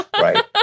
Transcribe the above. Right